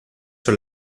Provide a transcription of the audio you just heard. sur